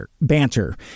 banter